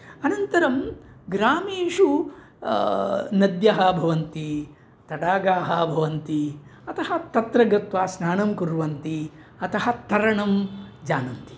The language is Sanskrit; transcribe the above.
अनन्तरं ग्रामेषु नद्यः भवन्ति तडागाः भवन्ति अतः तत्र गत्वा स्नानं कुर्वन्ति अतः तरणं जानन्ति